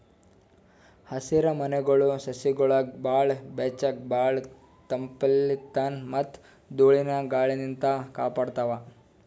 ಹಸಿರಮನೆಗೊಳ್ ಸಸಿಗೊಳಿಗ್ ಭಾಳ್ ಬೆಚ್ಚಗ್ ಭಾಳ್ ತಂಪಲಿನ್ತ್ ಮತ್ತ್ ಧೂಳಿನ ಗಾಳಿನಿಂತ್ ಕಾಪಾಡ್ತಾವ್